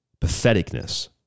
patheticness